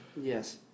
Yes